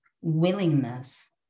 willingness